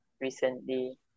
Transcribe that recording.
recently